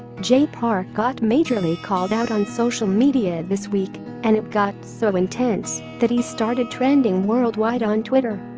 jay park got majorly called out on social media this week, and it got so intense, that he started trending worldwide on twitter!